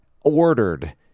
ordered